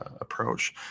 approach